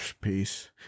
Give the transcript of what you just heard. peace